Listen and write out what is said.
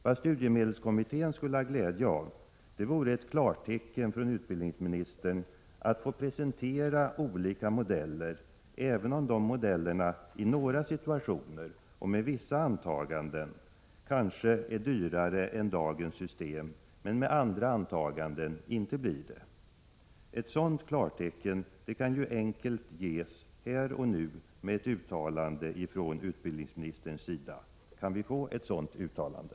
Vad studiemedelskommittén skulle ha glädje av vore ett klartecken från utbildningsministern att få presentera olika modeller, även om de i några 31 situationer och med vissa antaganden kanske är dyrare än dagens system. Med andra antaganden kanske de inte blir det. Ett sådant klartecken kan enkelt ges här och nu med ett uttalande från utbildningsministerns sida. Kan vi få ett sådant uttalande?